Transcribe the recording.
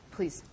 Please